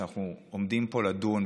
כשאנחנו עומדים פה לדון,